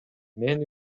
мен